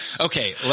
Okay